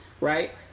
right